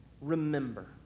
remember